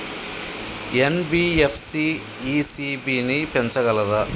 NBFC ECB ని పెంచగలదా?